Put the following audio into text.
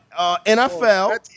NFL